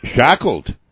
Shackled